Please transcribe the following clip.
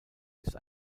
ist